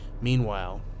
Meanwhile